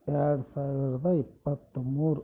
ಎರಡು ಸಾವಿರದ ಇಪ್ಪತ್ಮೂರು